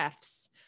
Fs